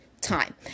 time